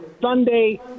Sunday